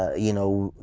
you know,